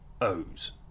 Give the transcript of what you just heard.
O's